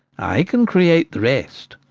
i can create the rest.